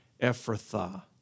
Ephrathah